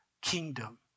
kingdom